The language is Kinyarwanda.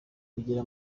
kugera